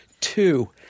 Two